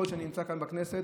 ככל שאנחנו נמצאים כאן בכנסת,